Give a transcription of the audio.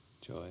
joy